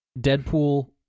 Deadpool